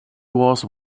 was